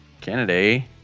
Canada